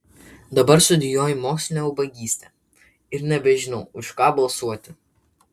dabar studijuoju mokslinę ubagystę ir nebežinau už ką balsuoti